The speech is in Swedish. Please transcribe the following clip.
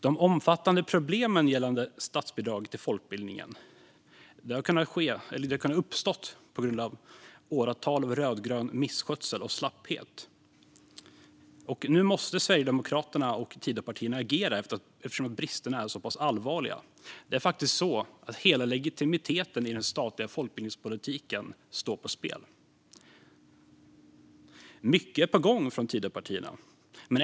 De omfattande problemen gällande statsbidraget till folkbildningen har kunnat uppstå på grund av åratal av rödgrön misskötsel och slapphet. Nu måste Sverigedemokraterna och Tidöpartierna agera, eftersom bristerna är så pass allvarliga. Det är faktiskt så att hela legitimiteten för den statliga folkbildningspolitiken står på spel. Mycket är på gång från Tidöpartierna.